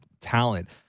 talent